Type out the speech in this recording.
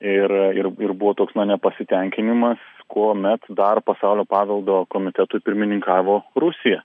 ir ir ir buvo toks nepasitenkinimas kuomet dar pasaulio paveldo komitetui pirmininkavo rusija